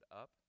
up